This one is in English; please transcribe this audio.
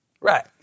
Right